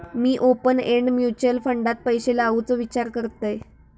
मी open end mutual फंडात पैशे लावुचो विचार करतंय